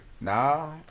Nah